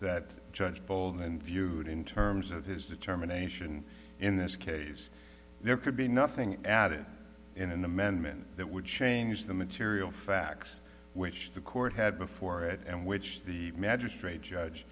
that judge bolton and viewed in terms of his determination in this case there could be nothing added in an amendment that would change the material facts which the court had before it and which the magistrate judge